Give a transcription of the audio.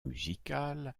musicales